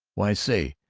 why, say,